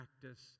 practice